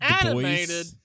animated